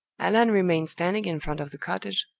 allan remained standing in front of the cottage,